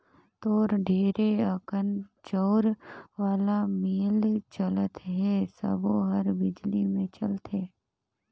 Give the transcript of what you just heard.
तोर ढेरे अकन चउर वाला मील चलत हे सबो हर बिजली मे चलथे